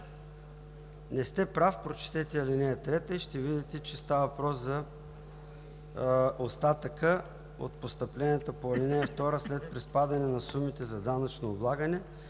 не сте прав. Прочетете ал. 3 и ще видите, че става въпрос за „остатъка от постъпленията по ал. 2 след приспадане на сумите за данъчно облагане